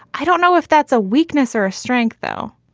i don't know if that's a weakness or a strength, though.